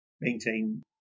maintain